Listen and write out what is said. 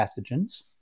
pathogens